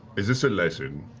is this a lesson?